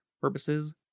purposes